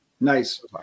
Nice